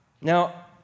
Now